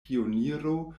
pioniro